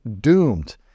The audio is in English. doomed